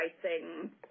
pricing